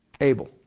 able